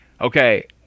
okay